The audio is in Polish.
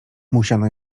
musiano